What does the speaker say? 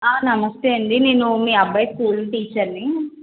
ఆ నమస్తే అండి నేను మీ అబ్బాయి స్కూల్ టీచర్ని